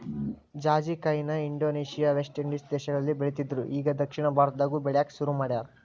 ಜಾಜಿಕಾಯಿನ Indonesia, West Indies ದೇಶಗಳಲ್ಲಿ ಬೆಳಿತ್ತಿದ್ರು ಇಗಾ ದಕ್ಷಿಣ ಭಾರತದಾಗು ಬೆಳ್ಯಾಕ ಸುರು ಮಾಡ್ಯಾರ